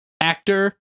actor